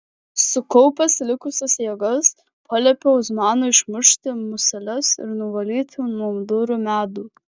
sukaupęs likusias jėgas paliepiau osmanui išmušti museles ir nuvalyti nuo durų medų